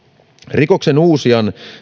rikoksensuusijaan